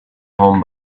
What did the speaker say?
home